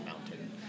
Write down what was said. mountain